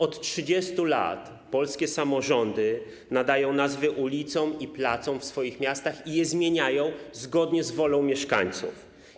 Od 30 lat polskie samorządy nadają nazwy ulicom i placom w swoich miastach i je zmieniają zgodnie z wolą mieszkańców.